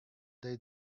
day